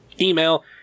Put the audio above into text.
Email